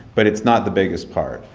but it's not the biggest part.